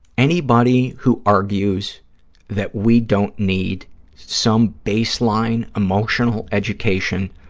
anybody who argues that we don't need some baseline emotional education